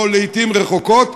או לעתים רחוקות,